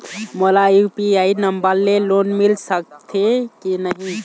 मोला UPI number ले loan मिल सकथे कि नहीं?